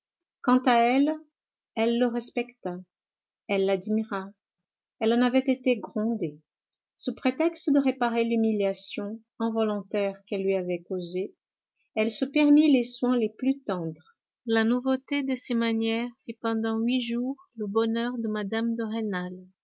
quant à elle elle le respecta elle l'admira elle en avait été grondée sous prétexte de réparer l'humiliation involontaire qu'elle lui avait causée elle se permit les soins les plus tendres la nouveauté de ces manières fit pendant huit jours le bonheur de mme de